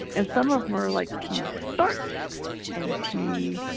and some of them are like pea starch and pea